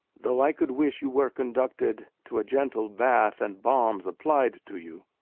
though i could wish you were conducted to a gentle bath, and balms applied to you,